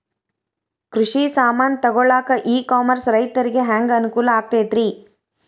ಕೃಷಿ ಸಾಮಾನ್ ತಗೊಳಕ್ಕ ಇ ಕಾಮರ್ಸ್ ರೈತರಿಗೆ ಹ್ಯಾಂಗ್ ಅನುಕೂಲ ಆಕ್ಕೈತ್ರಿ?